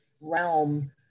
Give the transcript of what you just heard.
realm